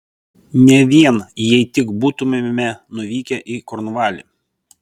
ne vien jei tik būtumėme nuvykę į kornvalį